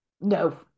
no